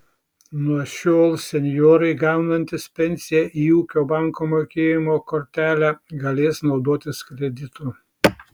nuo šiol senjorai gaunantys pensiją į ūkio banko mokėjimo kortelę galės naudotis kreditu